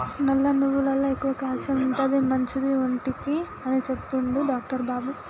నల్ల నువ్వులల్ల ఎక్కువ క్యాల్షియం ఉంటది, మంచిది ఒంటికి అని చెప్పిండు డాక్టర్ బాబు